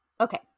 okay